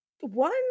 one